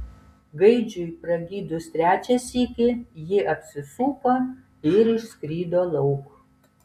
gaidžiui pragydus trečią sykį ji apsisuko ir išskrido lauk